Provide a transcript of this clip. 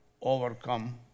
overcome